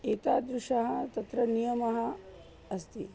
एतादृशः तत्र नियमः अस्ति